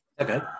Okay